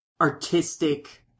artistic